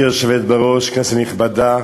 גברתי היושבת בראש, כנסת נכבדה,